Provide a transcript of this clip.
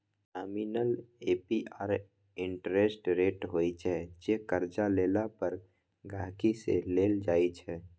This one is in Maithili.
नामिनल ए.पी.आर इंटरेस्ट रेट होइ छै जे करजा लेला पर गांहिकी सँ लेल जाइ छै